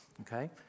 okay